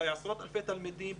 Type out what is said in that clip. אולי עשרות אלפי תלמידים,